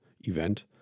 event